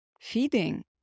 feeding